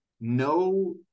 no